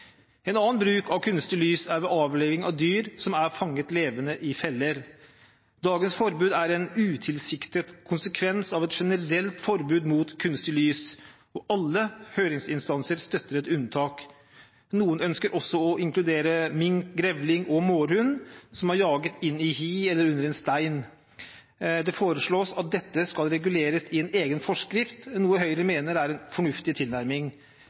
En annen bruk av kunstig lys er ved avliving av dyr som er fanget levende i feller. Dagens forbud er en utilsiktet konsekvens av et generelt forbud mot kunstig lys, og alle høringsinstanser støtter et unntak. Noen ønsker også å inkludere mink, grevling og mårhund som er jaget inn i et hi eller under en stein. Det foreslås at dette skal reguleres i en egen forskrift, noe Høyre mener er en fornuftig tilnærming.